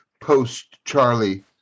post-Charlie